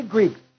Greeks